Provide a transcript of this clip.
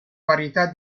varietà